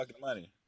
money